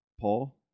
Paul